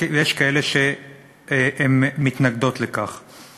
ויש כאלה שמתנגדות לכך.